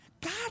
God